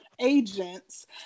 Agents